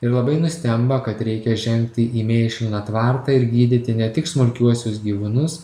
ir labai nustemba kad reikia žengti į mėšliną tvartą ir gydyti ne tik smulkiuosius gyvūnus